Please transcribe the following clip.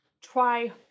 Try